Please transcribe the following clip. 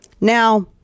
Now